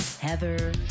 Heather